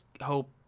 hope